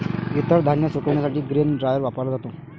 इतर धान्य सुकविण्यासाठी ग्रेन ड्रायर वापरला जातो